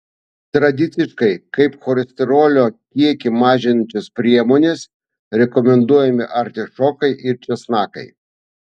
tradiciškai kaip cholesterolio kiekį mažinančios priemonės rekomenduojami artišokai ir česnakai